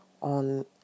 on